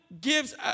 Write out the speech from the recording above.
gives